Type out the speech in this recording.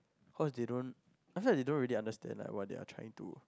cause they don't I feel like they don't really understand like what they are trying to